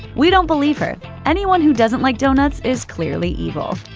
we don't believe her anyone who doesn't like donuts is clearly evil.